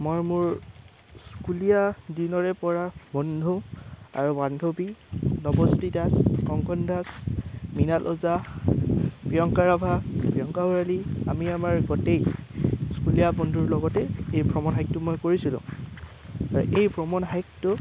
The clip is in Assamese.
মই মোৰ স্কুলীয়া দিনৰে পৰা বন্ধু আৰু বান্ধৱী নৱজ্যোতি দাস কংকন দাস মৃনাল ওজা প্ৰিয়ংকা ৰাভা প্ৰিয়ংকা ভৰালী আমি আমাৰ গোটেই স্কুলীয় বন্ধুৰ লগতেই এই ভ্ৰমণ হাইকটো মই কৰিছিলোঁ এই ভ্ৰমণ হাইকটো